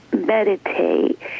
meditate